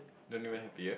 don't even have ear